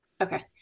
Okay